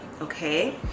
okay